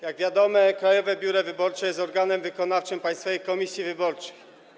Jak wiadomo, Krajowe Biuro Wyborcze jest organem wykonawczym Państwowej Komisji Wyborczej.